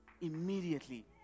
immediately